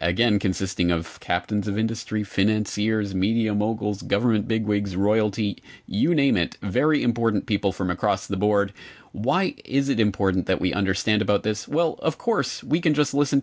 again consisting of captains of industry financiers media moguls government big wigs royalty you name it very important people from across the board why is it important that we understand about this well of course we can just listen